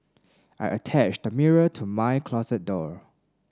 I attached a mirror to my closet door